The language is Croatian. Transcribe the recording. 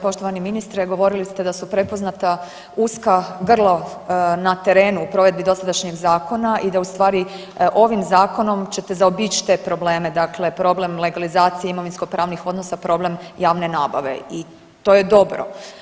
Poštovani ministre, govorili ste da su prepoznata uska grlo na terenu na terenu u provedbi dosadašnjeg zakona i da ustvari ovim zakonom ćete zaobići te probleme, dakle problem legalizacije imovinsko-pravnih odnosa, problem javne nabave i to je dobro.